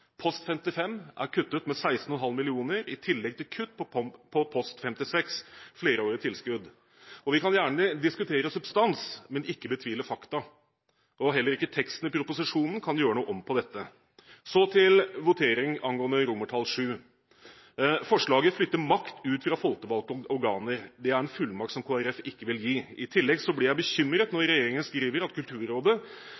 Post 55 er kuttet med 16,5 mill. kr i tillegg til kutt i post 56, flerårig prosjekttilskudd. Vi kan gjerne diskutere substans, men ikke betvile fakta. Heller ikke teksten i proposisjonen kan gjøre om på dette. Så til votering angående VII: Forslaget flytter makt ut fra folkevalgte organer. Det er en fullmakt som Kristelig Folkeparti ikke vil gi. I tillegg blir jeg bekymret når